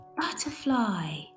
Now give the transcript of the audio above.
butterfly